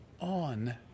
On